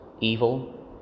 evil